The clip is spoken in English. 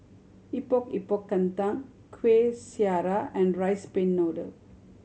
Epok Epok Kentang Kueh Syara and rice pin noodle